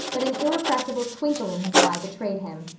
but an irrepressible twinkle in his eye betrayed him.